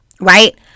right